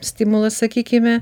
stimulas sakykime